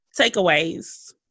takeaways